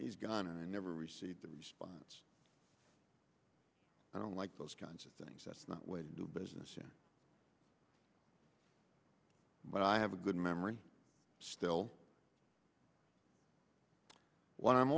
he's gone and i never received a response i don't like those kinds of things that's not way to do business but i have a good memory still